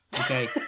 Okay